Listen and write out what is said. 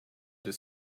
the